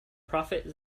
prophet